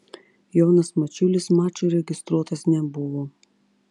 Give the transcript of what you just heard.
jonas mačiulis mačui registruotas nebuvo